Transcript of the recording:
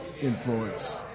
influence